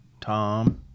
Tom